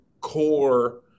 Core